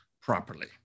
properly